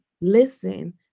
listen